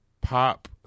pop